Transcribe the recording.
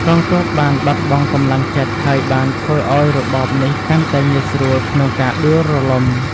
កងទ័ពបានបាត់បង់កម្លាំងចិត្ដ ហើយបានធ្វើឲ្យរបបនេះកាន់តែងាយស្រួលក្នុងការដួលរលំ។